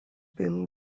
built